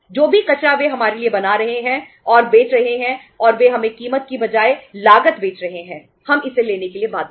जो भी कचरा वे हमारे लिए बना रहे हैं और बेच रहे हैं और वे हमें कीमत की बजाय लागत बेच रहे हैं हम इसे लेने के लिए बाध्य हैं